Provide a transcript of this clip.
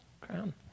crown